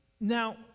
Now